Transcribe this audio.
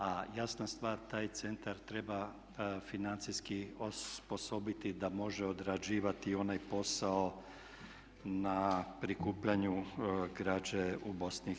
A jasna stvar taj centar treba financijski osposobiti da može odrađivati onaj posao na prikupljanju građe u BiH.